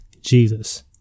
Jesus